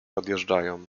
odjeżdżają